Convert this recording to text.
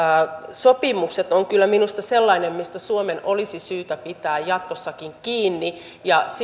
sopimukset on kyllä minusta sellainen mistä suomen olisi syytä pitää jatkossakin kiinni ja siksi